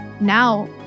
now